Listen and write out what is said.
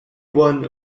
one